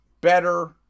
better